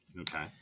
Okay